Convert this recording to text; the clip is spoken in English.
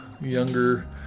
younger